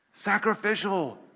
Sacrificial